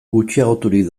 gutxiagoturik